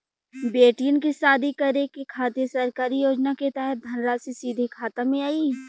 बेटियन के शादी करे के खातिर सरकारी योजना के तहत धनराशि सीधे खाता मे आई?